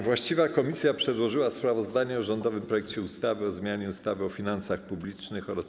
Właściwa komisja przedłożyła sprawozdanie o rządowym projekcie ustawy o zmianie ustawy o finansach publicznych oraz